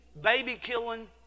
baby-killing